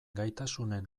gaitasunen